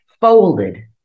folded